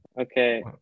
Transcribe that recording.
okay